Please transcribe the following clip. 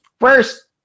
First